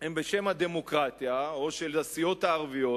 או של הסיעות הערביות